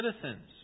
citizens